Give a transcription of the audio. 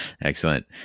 Excellent